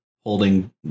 holding